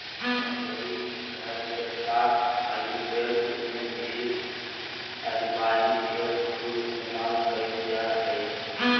रसोईघर के साथ आयुर्वेद में भी अजवाइन के खूब इस्तेमाल कइल जा हइ